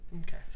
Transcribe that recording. Okay